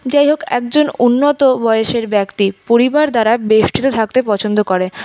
যাই হোক একজন উন্নত বয়সের ব্যক্তি পরিবার দ্বারা বেষ্টিত থাকতে পছন্দ করে